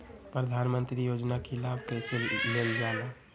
प्रधानमंत्री योजना कि लाभ कइसे लेलजाला?